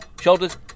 shoulders